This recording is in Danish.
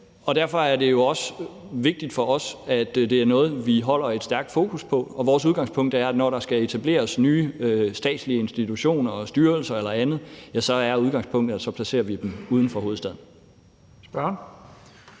Derfor er det også vigtigt for os, at det er noget, vi holder et stærkt fokus på, og vores udgangspunkt er, at når der skal etableres nye statslige institutioner og styrelser eller andet, placerer vi dem uden for hovedstaden.